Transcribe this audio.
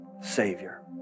Savior